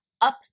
up